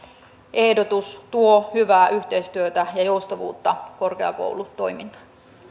ehdotus tuo hyvää yhteistyötä ja joustavuutta korkeakoulutoimintaan